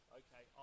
okay